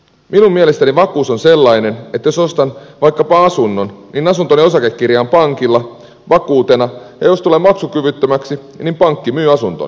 minun mielestäni vakuus on sellainen että jos ostan vaikkapa asunnon niin asuntoni osakekirja on pankilla vakuutena ja jos tulen maksukyvyttömäksi niin pankki myy asuntoni